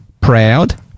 proud